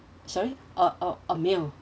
sorry uh uh a male